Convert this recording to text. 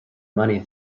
money